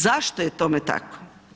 Zašto je tome tako?